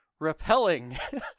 rappelling